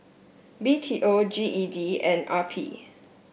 B T O G E D and R P